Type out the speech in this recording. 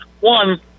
One